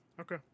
Okay